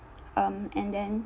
um and then